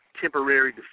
temporary